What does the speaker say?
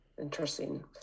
Interesting